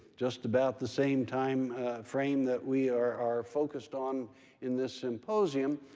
just about the same time frame that we are are focused on in this symposium.